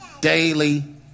daily